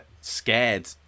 scared